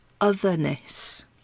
otherness